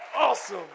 awesome